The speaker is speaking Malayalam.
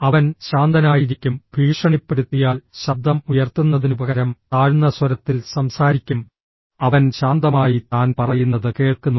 അവൻ ശാന്തനായിരിക്കും ഭീഷണിപ്പെടുത്തിയാൽ ശബ്ദം ഉയർത്തുന്നതിനുപകരം താഴ്ന്ന സ്വരത്തിൽ സംസാരിക്കും അവൻ ശാന്തമായി താൻ പറയുന്നത് കേൾക്കുന്നു